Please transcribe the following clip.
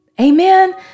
Amen